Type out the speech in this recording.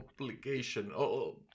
obligation